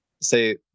say